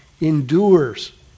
endures